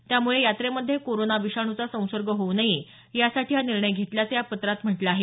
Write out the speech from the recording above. त्यामुळे यात्रेमध्ये कोरोना विषाणूचा संसर्ग होऊ नये यासाठी हा निर्णय घेतल्याचं या पत्रात म्हटलं आहे